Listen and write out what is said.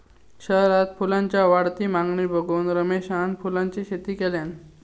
शहरात फुलांच्या वाढती मागणी बघून रमेशान फुलांची शेती केल्यान